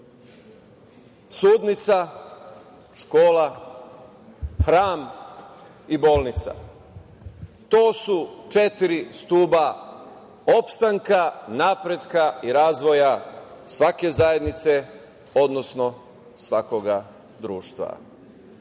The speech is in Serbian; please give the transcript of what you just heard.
sudnica, škola, hram i bolnica. To su četiri stuba opstanka, napretka i razvoja svake zajednice, odnosno svakoga društva.